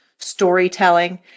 storytelling